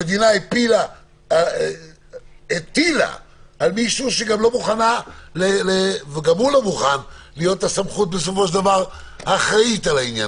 המדינה הטילה על מישהו והוא לא מוכן להיות הסמכות האחראית על העניין.